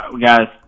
guys